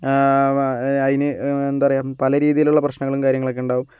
അതിന് എന്താ പറയുക പല രീതിയിലുള്ള പ്രശ്നങ്ങളും കാര്യങ്ങളൊക്കെയുണ്ടാവും